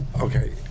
Okay